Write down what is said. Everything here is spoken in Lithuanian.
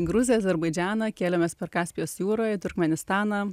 gruziją azerbaidžaną kėlėmės per kaspijos jūrą į turkmėnistaną